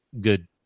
good –